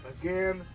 Again